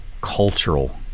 cultural